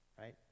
Right